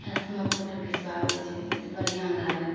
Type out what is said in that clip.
इएह सबमे फोटो सबके घीचबाबै छै जाहिसँ बढ़िआँ लागै